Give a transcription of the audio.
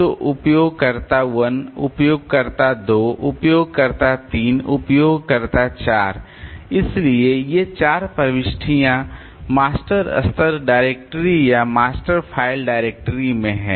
तो उपयोगकर्ता 1 उपयोगकर्ता 2 उपयोगकर्ता 3 उपयोगकर्ता 4 इसलिए ये चार प्रविष्टियाँ मास्टर स्तर डायरेक्टरी या मास्टर फ़ाइल डायरेक्टरी में हैं